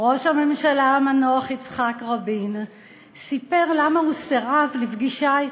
ראש הממשלה המנוח יצחק רבין סיפר למה הוא סירב לפגישה אתך.